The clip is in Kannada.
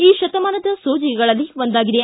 ಈ ಶತಮಾನದ ಸೋಜಿಗಗಳಲ್ಲಿ ಒಂದಾಗಿದೆ